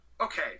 Okay